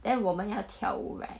then 我们要跳舞 right